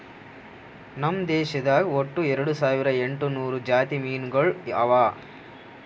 ನಮ್ ದೇಶದಾಗ್ ಒಟ್ಟ ಎರಡು ಸಾವಿರ ಎಂಟು ನೂರು ಜಾತಿ ಮೀನುಗೊಳ್ ಅವಾ